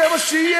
יהיה מה שיהיה.